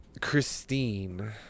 Christine